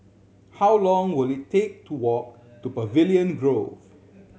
how long will it take to walk to Pavilion Grove